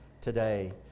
today